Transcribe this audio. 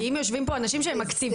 כי אם יושבים פה אנשים שהם אקטיביסטים,